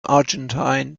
argentine